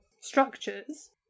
structures